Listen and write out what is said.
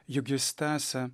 juk jis tęsia